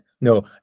No